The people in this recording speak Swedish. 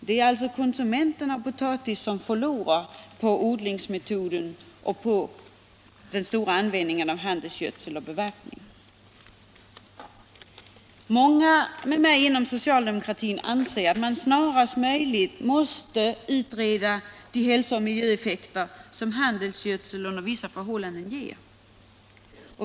Det är alltså konsumenten av potatis som förlorar på odlingsmetoden och på den stora användningen av handelsgödsel och bevattning. Jag och många andra inom socialdemokratin anser att man snarast möjligt måste utreda de hälso och miljöeffekter som handelsgödseln under vissa förhållanden ger.